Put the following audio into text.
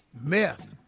meth